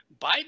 Biden